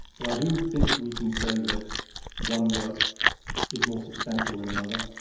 but i do think we can say that one work is more substantial than another,